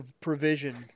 provision